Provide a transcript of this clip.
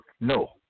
No